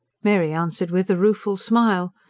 mary answered with a rueful smile.